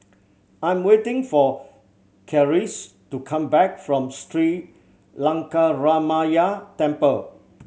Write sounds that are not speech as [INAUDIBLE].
I'm waiting for Charisse to come back from [UNINTELLIGIBLE] Lankaramaya Temple